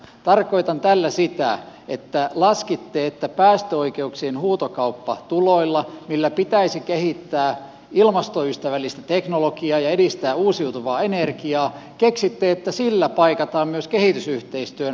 tarkoitan tällä sitä että keksitte että päästöoikeuksien huutokauppatuloilla millä pitäisi kehittää ilmastoystävällistä teknologiaa ja edistää uusiutuvaa energiaa paikataan myös kehitysyhteistyön rahoitus